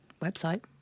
website